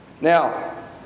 Now